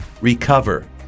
recover